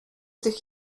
tych